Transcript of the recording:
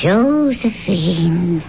Josephine